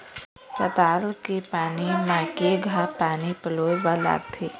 पताल के खेती म केघा पानी पलोए बर लागथे?